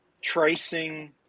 tracing